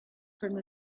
from